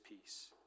peace